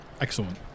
excellent